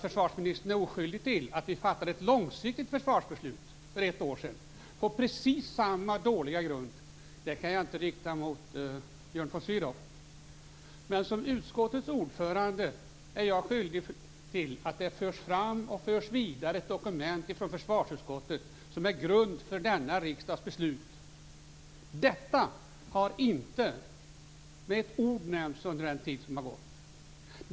Försvarsministern är oskyldig till att vi fattade ett långsiktigt försvarsbeslut för ett år sedan på precis samma dåliga grund. Det kan jag inte rikta kritik för mot Björn von Sydow. Men som försvarsutskottets ordförande är jag skyldig att se till att dokument från försvarsutskottet som utgör grund för denna riksdags beslut förs fram och förs vidare. Detta har inte med ett ord nämnts under den tid som har gått.